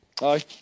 Aye